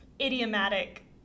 idiomatic